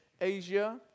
Asia